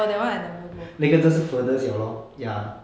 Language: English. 那个就是 furthest liao lor ya